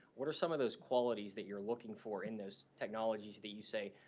what are some of those qualities that you're looking for in those technologies that you say,